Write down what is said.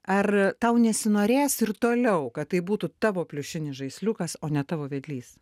ar tau nesinorės ir toliau kad tai būtų tavo pliušinis žaisliukas o ne tavo vedlys